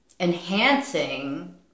enhancing